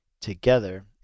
together